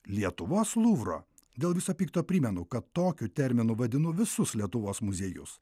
lietuvos luvro dėl viso pikto primenu kad tokiu terminu vadinu visus lietuvos muziejus